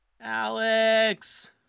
Alex